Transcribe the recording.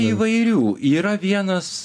įvairių yra vienas